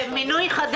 בסדר?